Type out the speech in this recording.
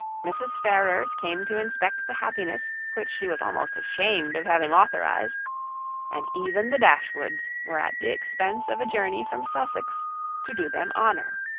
mrs. ferrars came to inspect the happiness which she was almost ashamed of having authorised and even the dashwoods were at the expense of a journey from sussex to do them honour.